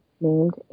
named